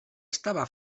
estava